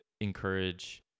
encourage